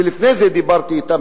כי לפני זה דיברתי אתם,